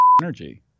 energy